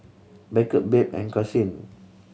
Beckett Babe and Karsyn